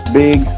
big